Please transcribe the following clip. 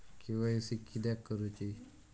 KYC किदयाक करूची?